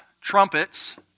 trumpets